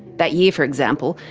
that year, for example,